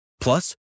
Plus